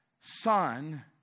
son